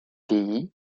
pays